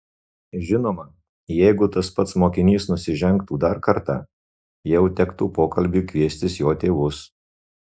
žinoma jeigu tas pats mokinys nusižengtų dar kartą jau tektų pokalbiui kviestis jo tėvus